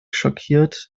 schockiert